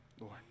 Lord